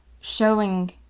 showing